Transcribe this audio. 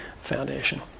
foundation